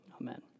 Amen